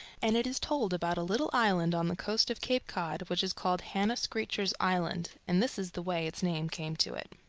and it is told about a little island on the coast of cape cod, which is called hannah screecher's island, and this is the way its name came to it.